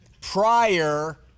prior